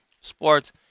sports